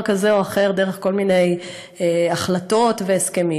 כזה או אחר דרך כל מיני החלטות והסכמים,